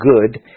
good